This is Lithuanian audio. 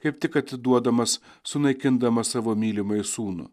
kaip tik atiduodamas sunaikindamas savo mylimąjį sūnų